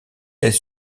elle